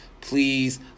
Please